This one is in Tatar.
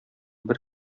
бер